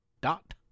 dot